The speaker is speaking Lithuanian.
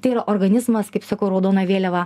tai yra organizmas kaip sakau raudona vėliava